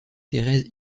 thérèse